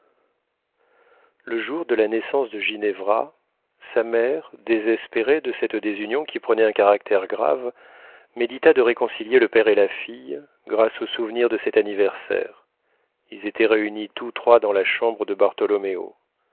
le jour de la naissance de ginevra sa mère désespérée de cette désunion qui prenait un caractère grave médita de réconcilier le père et la fille grâce aux souvenirs de cet anniversaire ils étaient réunis tous trois dans la chambre de